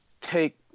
take